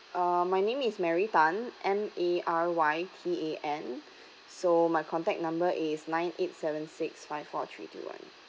uh my name is mary tan M A R Y T A N so my contact number is nine eight seven six five four three two one